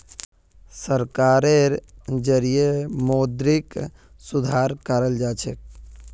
सरकारेर जरिएं मौद्रिक सुधार कराल जाछेक